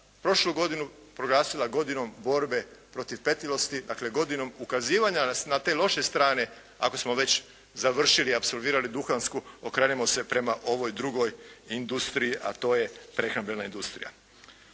prošlu godinu proglasila Godinom borbe protiv pretilosti, dakle godinom ukazivanja na te loše strane ako smo već završili, apsolvirali duhansku okrenimo se prema ovoj drugoj industriji a to je prehrambena industrija.